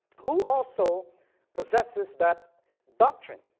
who also possesses that doctrine?